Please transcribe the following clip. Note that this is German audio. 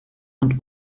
und